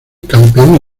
campeón